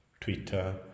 Twitter